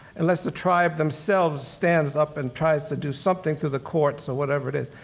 unless the tribe themselves stands up and tries to do something through the courts or whatever it is.